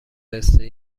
پسته